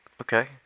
Okay